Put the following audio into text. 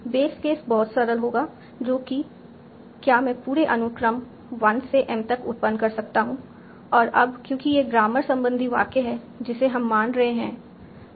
base case बहुत सरल होगा जो कि क्या मैं पूरे अनुक्रम 1 से m तक उत्पन्न कर सकता हूं और अब क्योंकि यह ग्रामर संबंधी वाक्य है जिसे हम मान रहे हैं